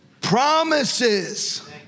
promises